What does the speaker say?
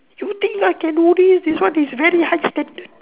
you think I can do this this one is very high standard